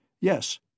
Yes